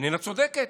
איננה צודקת,